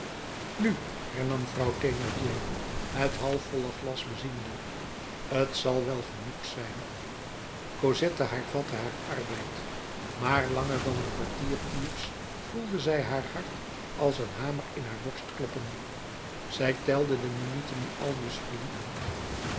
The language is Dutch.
nu hernam vrouw thénardier het halfvolle glas beziende t zal wel genoeg zijn cosette hervatte haar arbeid maar langer dan een kwartieruurs voelde zij haar hart als een hamer in haar borst kloppen zij telde de minuten die aldus verliepen